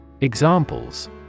Examples